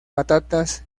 patatas